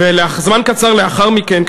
זמן קצר לאחר מכן,